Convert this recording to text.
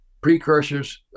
precursors